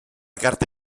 carta